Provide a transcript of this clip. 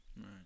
Right